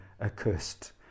accursed